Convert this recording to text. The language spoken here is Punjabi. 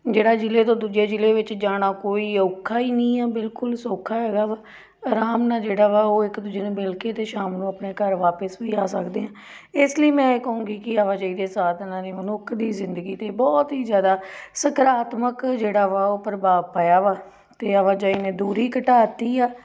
ਜਿਹੜਾ ਜ਼ਿਲ੍ਹੇ ਤੋਂ ਦੂਜੇ ਜ਼ਿਲ੍ਹੇ ਵਿੱਚ ਜਾਣਾ ਕੋਈ ਔਖਾ ਹੀ ਨਹੀਂ ਹੈ ਬਿਲਕੁਲ ਸੌਖਾ ਹੈਗਾ ਵਾ ਆਰਾਮ ਨਾਲ ਜਿਹੜਾ ਵਾ ਉਹ ਇੱਕ ਦੂਜੇ ਨੂੰ ਮਿਲ ਕੇ ਅਤੇ ਸ਼ਾਮ ਨੂੰ ਆਪਣੇ ਘਰ ਵਾਪਿਸ ਵੀ ਆ ਸਕਦੇ ਆ ਇਸ ਲਈ ਮੈਂ ਇਹ ਕਹੂੰਗੀ ਕਿ ਆਵਾਜਾਈ ਦੇ ਸਾਧਨਾਂ ਦੀ ਮਨੁੱਖ ਦੀ ਜ਼ਿੰਦਗੀ 'ਤੇ ਬਹੁਤ ਹੀ ਜ਼ਿਆਦਾ ਸਕਾਰਾਤਮਕ ਜਿਹੜਾ ਵਾ ਉਹ ਪ੍ਰਭਾਵ ਪਾਇਆ ਵਾ ਅਤੇ ਆਵਾਜਾਈ ਨੇ ਦੂਰੀ ਘਟਾਤੀ ਆ